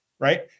right